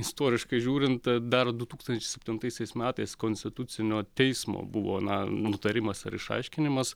istoriškai žiūrint dar du tūkstančiai septintaisiais metais konstitucinio teismo buvo na nutarimas ar išaiškinimas